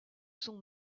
son